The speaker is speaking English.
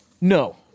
No